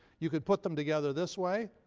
you could put them together this way,